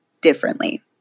differently